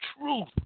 truth